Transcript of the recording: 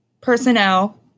personnel